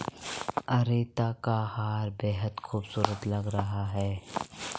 रीता का हार बेहद खूबसूरत लग रहा है